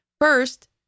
First